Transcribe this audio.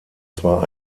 zwar